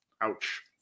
Ouch